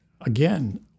again